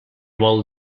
vol